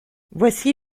voici